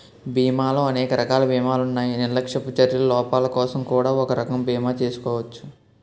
బీమాలో అనేక రకాల బీమాలున్నాయి నిర్లక్ష్యపు చర్యల లోపాలకోసం కూడా ఒక రకం బీమా చేసుకోచ్చు